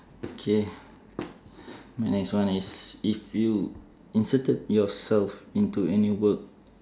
K my next one is if you inserted yourself into any work